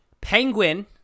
Penguin